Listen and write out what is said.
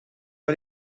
wel